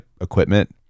equipment